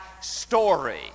story